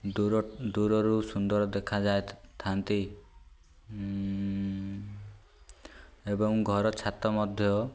ଦୂର ଦୂରରୁ ସୁନ୍ଦର ଦେଖାାଯାଇଥାନ୍ତି ଏବଂ ଘର ଛାତ ମଧ୍ୟ